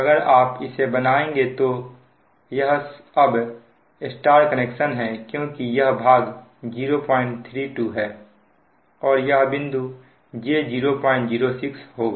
अगर आप इसे बनाएंगे तो यह अब Y कनेक्शन है क्योंकि यह भाग 032 और यह बिंदु j006 होगा